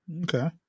Okay